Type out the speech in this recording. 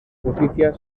justicia